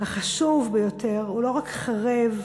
החשוב ביותר, הוא לא רק חרב,